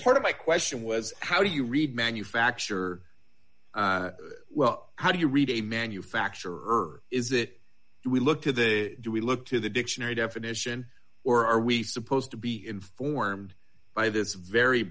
part of my question was how do you read manufacture well how do you read a manufacturer is it we look to the do we look to the dictionary definition or are we supposed to be informed by this very